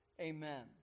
amen